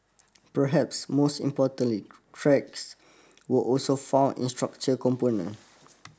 perhaps most importantly cracks were also found in structure component